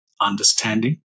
understanding